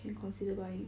you consider buying